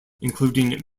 including